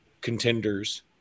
contenders –